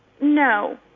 No